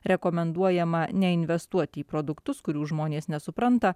rekomenduojama neinvestuoti į produktus kurių žmonės nesupranta